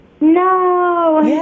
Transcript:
No